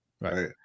Right